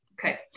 Okay